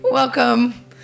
welcome